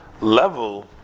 level